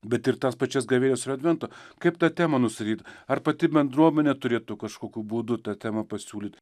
bet ir tas pačias gavėnios ir advento kaip tą temą nustatyt ar pati bendruomenė turėtų kažkokiu būdu tą temą pasiūlyt